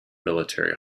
military